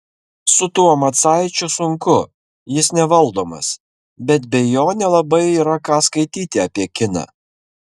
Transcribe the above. su tuo macaičiu sunku jis nevaldomas bet be jo nelabai yra ką skaityti apie kiną